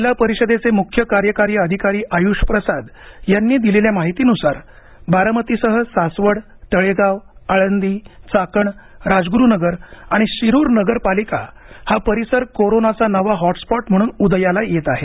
जिल्हा परिषदेचे मुख्य कार्यकारी अधिकारी आयुष प्रसाद यांनी दिलेल्या माहितीनुसार बारामतीसह सासवड तळेगाव आळंदी चाकण राजगुरुनगर आणि शिरुर नगरपालिका हा परिसर कोरोनाचा नवा हॉटस्पॉट म्हणून उदयाला येत आहे